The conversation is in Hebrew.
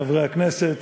חברי הכנסת,